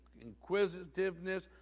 inquisitiveness